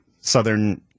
southern